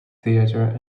theatre